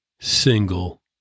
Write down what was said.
single